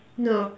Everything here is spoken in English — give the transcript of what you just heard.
no